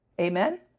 Amen